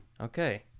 okay